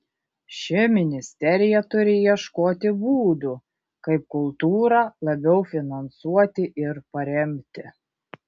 ši ministerija turi ieškoti būdų kaip kultūrą labiau finansuoti ir paremti